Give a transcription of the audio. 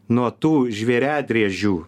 nuo tų žvėriadriežių